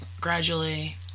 gradually